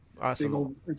awesome